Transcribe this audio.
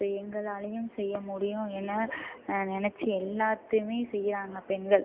இப்போ எங்களாலேயும் செய்ய முடியும் என நினச்சி எல்லாத்தையுமே செய்கிறாங்க பெண்கள்